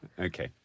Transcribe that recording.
okay